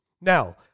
Now